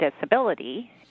disability